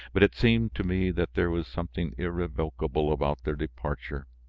but it seemed to me that there was something irrevocable about their departure.